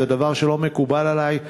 זה דבר שלא מקובל עלי.